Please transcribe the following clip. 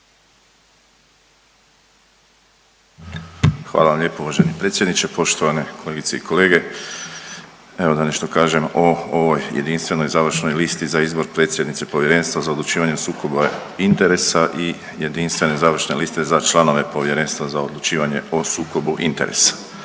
Hvala vam lijepo uvaženi predsjedniče. Poštovane kolegice i kolege, evo da nešto kažem o ovoj jedinstvenoj završnoj listi za izbor predsjednice Povjerenstva za odlučivanje o sukobu interesa i jedinstvene završene liste za članove Povjerenstva za odlučivanje o sukobu interesa.